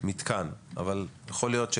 וכל הנושא של הקולות-קוראים.